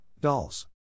dolls